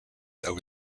over